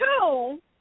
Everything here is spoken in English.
Two